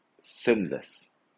sinless